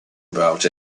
about